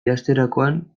idazterakoan